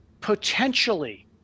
potentially